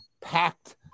packed